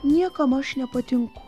niekam aš nepatinku